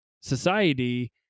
society